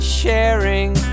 sharing